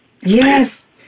yes